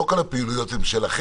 לא כל הפעילויות הן שלכם,